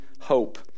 hope